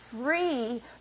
free